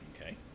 Okay